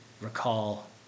recall